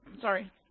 Sorry